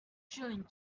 chilling